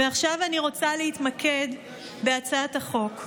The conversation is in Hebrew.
ועכשיו אני רוצה להתמקד בהצעת החוק.